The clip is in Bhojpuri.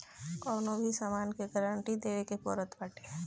कवनो भी सामान के गारंटी देवे के पड़त बाटे